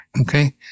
okay